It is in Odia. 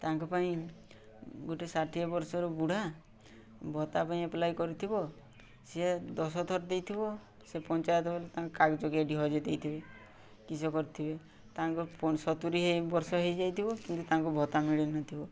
ତାଙ୍କ ପାଇଁ ଗୋଟେ ଷାଠିଏ ବର୍ଷର ବୁଢ଼ା ଭତ୍ତା ପାଇଁ ଆପ୍ଲାଏ କରିଥିବ ସେ ଦଶଥର ଦେଇଥିବ ସେ ପଞ୍ଚାୟତ ତାଙ୍କ କାଗଜ ଟି ହଜାଇ ଦେଇଥିବେ କିସ କରିଥିବେ ତାଙ୍କର ସତୁରି ବର୍ଷ ହେଇଯାଇଥିବ କିନ୍ତୁ ତାଙ୍କ ଭତ୍ତା ମିଳିନଥିବ